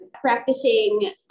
practicing